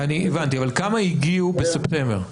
הבנתי, אבל כמה הגיעו בספטמבר?